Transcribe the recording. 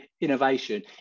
innovation